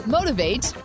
Motivate